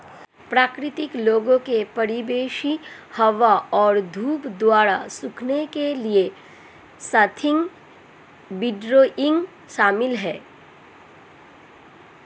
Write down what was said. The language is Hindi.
प्राकृतिक लोगों के परिवेशी हवा और धूप द्वारा सूखने के लिए स्वाथिंग विंडरोइंग शामिल है